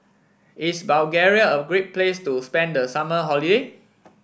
is Bulgaria a great place to spend the summer holiday